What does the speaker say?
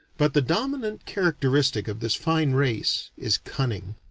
but the dominant characteristic of this fine race is cunning.